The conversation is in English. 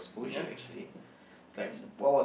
ya that's right